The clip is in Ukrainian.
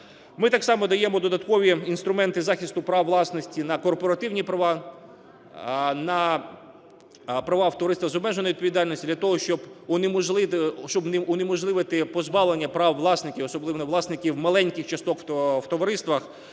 Ми так само даємо додаткові інструменти захисту прав власності на корпоративні права, на права в товариствах з обмеженою відповідальністю для того, щоб унеможливити позбавлення прав власників, особливо власників маленьких часток в товариствах